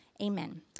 Amen